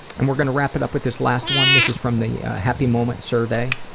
and we're gonna wrap it up with this last one. this is from the happy moments survey,